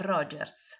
Rogers